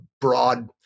broad